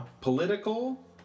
political